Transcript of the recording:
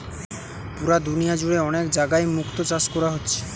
পুরা দুনিয়া জুড়ে অনেক জাগায় মুক্তো চাষ কোরা হচ্ছে